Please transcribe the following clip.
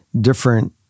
different